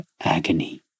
agony